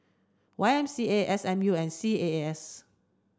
Y M C A S M U and C A A S